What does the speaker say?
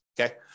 Okay